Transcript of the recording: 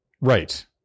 right